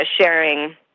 sharing